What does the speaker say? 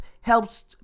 helps